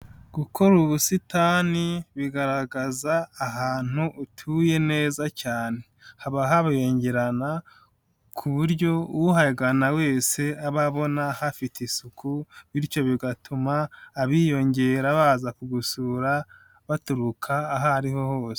Gukora ubusitani bigaragaza ahantu utuye neza cyane, haba habengerana, ku buryo uhagana wese ababona hafite isuku bityo bigatuma abiyongera baza kugusura baturuka aho ariho hose.